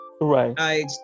Right